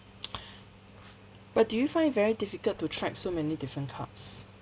but do you find it very difficult to track so many different cards